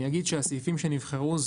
אני אומר שהסעיפים שנבחרו,